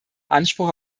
anspruch